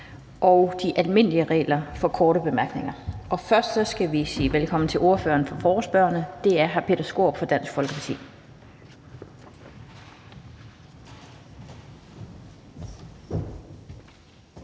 og de almindelige regler for korte bemærkninger. Først skal vi sige velkommen til ordføreren for forespørgerne, og det er hr. Peter Skaarup fra Dansk Folkeparti.